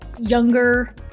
younger